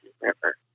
River